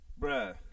Bruh